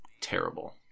terrible